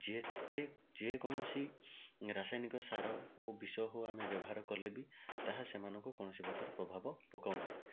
ଯେତେ ଯେକୌଣସି ରାସାୟନିକ ସାର ଓ ବିଷ ହଉ ଆମେ ବ୍ୟବହାର କଲେ ବି ତାହା ସେମାନଙ୍କୁ କୌଣସି ପ୍ରକାର ପ୍ରଭାବ ପକାଉ ନାହିଁ